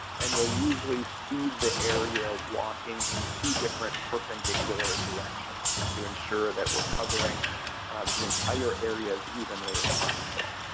and we'll usually seed the area walking in two different perpendicular directions just to ensure that we're covering the entire area as evenly as possible.